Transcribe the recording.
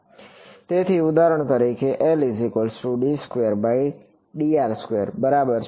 તેથી ઉદાહરણ તરીકે બરાબર છે